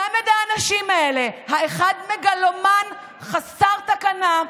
צמד האנשים האלה, האחד מגלומן חסר תקנה,